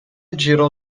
girò